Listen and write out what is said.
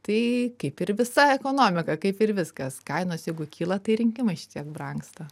tai kaip ir visa ekonomika kaip ir viskas kainos jeigu kyla tai rinkimai šiek tiek brangsta